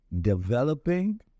developing